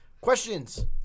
Questions